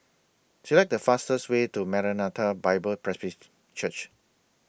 Select The fastest Way to Maranatha Bible Presby Church